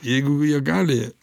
jeigu jie gali